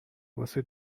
واسه